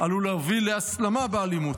עלול להוביל להסלמה באלימות,